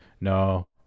no